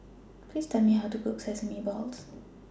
Please Tell Me How to Cook Sesame Balls